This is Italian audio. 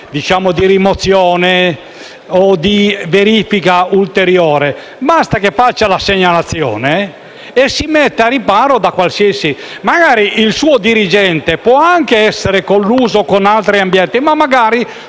azione di rimozione o di verifica ulteriore? Basta che faccia la segnalazione e si mette al riparo da qualsiasi cosa. Il suo dirigente può anche essere colluso con altri ambienti, ma magari